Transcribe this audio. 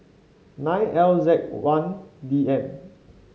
nine L Z one D N